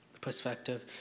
perspective